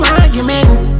argument